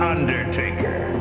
Undertaker